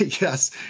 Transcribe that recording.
yes